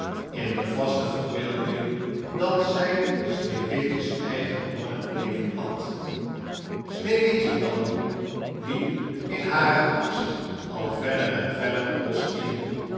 in de vaste verbeelding dat zij sneeuwwitjes eigen long en lever at j j a goeverneur oude sprookjes sneeuwwitje dan nu liep in haren angst al verder en verder het bosch in